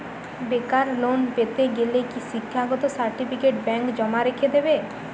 বেকার লোন পেতে গেলে কি শিক্ষাগত সার্টিফিকেট ব্যাঙ্ক জমা রেখে দেবে?